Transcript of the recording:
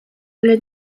ale